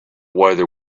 whether